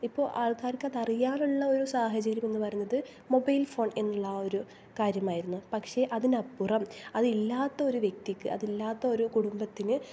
ഇപ്പോൾ ആൾക്കാർക്ക് അതറിയാനുള്ള ഒരു സാഹചര്യം എന്ന് പറയുന്നത് മൊബൈൽ ഫോൺ എന്നുള്ള ആ ഒരു കാര്യമായിരുന്നു പക്ഷേ അതിനപ്പുറം അതില്ലാത്തൊരു വ്യക്തിക്ക് അതില്ലാത്തൊരു കുടുംബത്തിന്